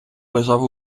лежав